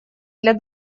для